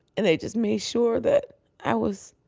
and they just made sure that i was,